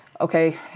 okay